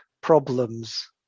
problems